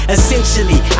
Essentially